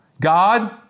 God